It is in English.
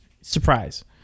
Surprise